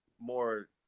more